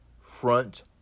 front